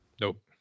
Nope